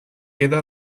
queda